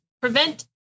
prevent